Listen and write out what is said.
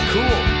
Cool